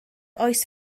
oes